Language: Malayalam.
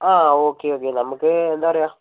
ആ ഓക്കേ ഓക്കേ നമുക്ക് എന്താണ് പറയുക